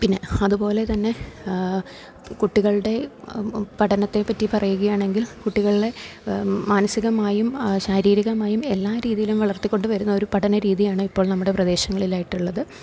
പിന്നെ അതുപോലെ തന്നെ കുട്ടികളുടെ പഠനത്തെപ്പറ്റി പറയുകയാണെങ്കിൽ കുട്ടികളെ മാനസികമായും ശാരീരികമായും എല്ലാ രീതിയിലും വളർത്തിക്കൊണ്ടുവരുന്ന ഒരു പഠന രീതിയാണ് ഇപ്പോൾ നമ്മുടെ പ്രദേശങ്ങളിലായിട്ടുള്ളത്